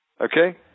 Okay